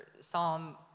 Psalm